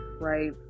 right